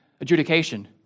adjudication